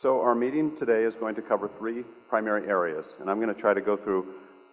so our meeting today is going to cover three primary areas. and i'm going to try to through